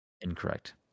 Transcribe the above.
Incorrect